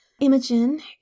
Imogen